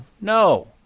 No